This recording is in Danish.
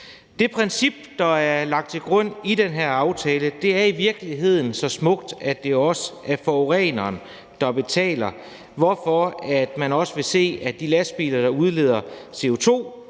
Det princip, der er lagt til grund i den her aftale, er i virkeligheden så smukt, at det er forureneren, der betaler, hvorfor man vil se, at de lastbiler, der udleder CO2,